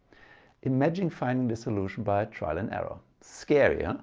imagine finding this solution by a trial and error. scary. yeah